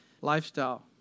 lifestyle